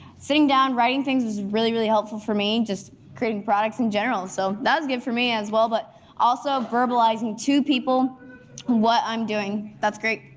sitting down, writing things was really really helpful for me, just creating products in general, so that was good for me as well, but also verbalizing two people what i'm doing. that's great.